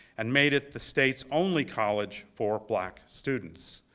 and made it the state's only college for black students.